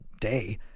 day